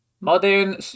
Modern